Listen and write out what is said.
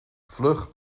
vlug